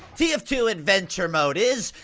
t f two adventure mode is!